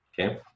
okay